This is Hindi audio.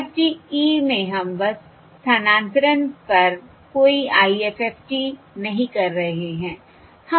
FDE में हम बस स्थानांतरण पर कोई IFFT नहीं कर रहे हैं